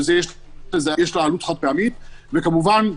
שיש לה עלות חד-פעמית; וכמובן,